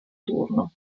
turno